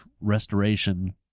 restoration